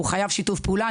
הוא חייב שיתוף פעולה,